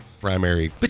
primary